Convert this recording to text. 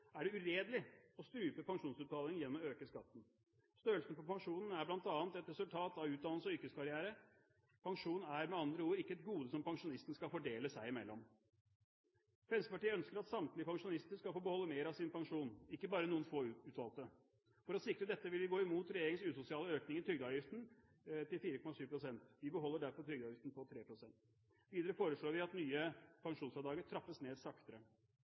er det uredelig å strupe pensjonsutbetalingene gjennom å øke skatten. Størrelsen på pensjonen er bl.a. et resultat av utdannelse og yrkeskarriere. Pensjon er med andre ord ikke et gode som pensjonistene skal fordele seg imellom. Fremskrittspartiet ønsker at samtlige pensjonister skal få beholde mer av sin pensjon, ikke bare noen få utvalgte. For å sikre dette vil vi gå imot regjeringens usosiale økning i trygdeavgiften til 4,7 pst. Vi beholder derfor trygdeavgiften på 3 pst. Videre foreslår vi at det nye pensjonsfradraget trappes ned saktere.